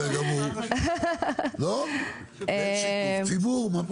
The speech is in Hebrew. בסדר גמור, זה שיתוף ציבור.